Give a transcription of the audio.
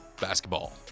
Basketball